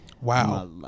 wow